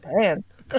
pants